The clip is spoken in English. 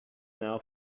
now